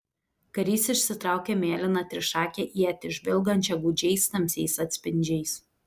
karys išsitraukė mėlyną trišakę ietį žvilgančią gūdžiais tamsiais atspindžiais